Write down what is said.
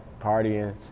partying